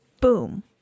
Boom